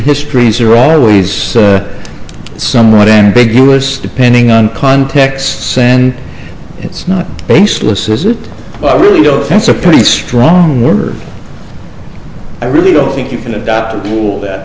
histories are always somewhat ambiguous depending on context sand it's not baseless is it i really don't that's a pretty strong word i really don't think you can adopt